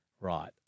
right